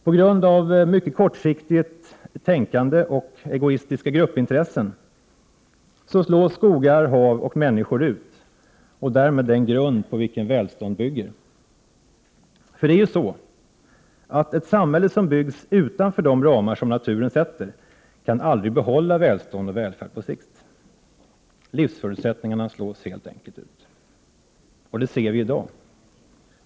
På grund av mycket kortsiktigt tänkande och egoistiska gruppintressen slås skogar, hav och människor ut — och därmed den grund på vilken välstånd bygger. För ett samhälle som byggs utanför de ramar som naturen sätter kan aldrig behålla välstånd och välfärd på sikt. Livsförutsättningarna slås helt enkelt ut. Det ser vi i dag.